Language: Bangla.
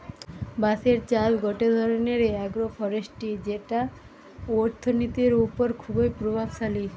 বাঁশের চাষ গটে ধরণের আগ্রোফরেষ্ট্রী যেটি অর্থনীতির ওপর খুবই প্রভাবশালী